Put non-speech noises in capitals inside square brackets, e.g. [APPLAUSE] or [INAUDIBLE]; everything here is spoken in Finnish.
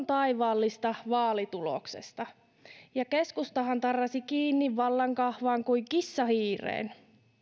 [UNINTELLIGIBLE] taivaallista vaalituloksesta [UNINTELLIGIBLE] ja keskustahan tarrasi kiinni vallankahvaan kuin kissa hiireen